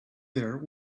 there